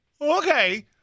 okay